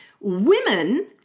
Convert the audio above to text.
Women